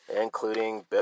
Including